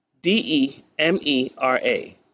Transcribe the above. D-E-M-E-R-A